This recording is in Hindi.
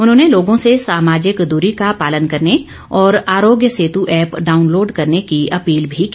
उन्होंने लोगों से सामाजिक दूरी का पालन करने और आरोग्य सेतू ऐप डाउनलोड करने की अपील भी की